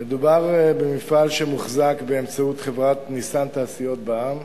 מדובר במפעל שמוחזק באמצעות חברת "ניסן תעשיות בע"מ",